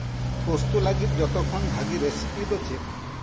ᱯᱩᱥᱛᱩ ᱞᱟᱹᱜᱤᱫ ᱡᱚᱛᱚᱠᱷᱚᱱ ᱵᱷᱟᱜᱮ ᱨᱮᱥᱤᱯᱤ ᱫᱚ ᱪᱮᱫ